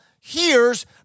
hears